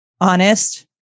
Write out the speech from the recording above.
honest